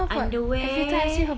underwear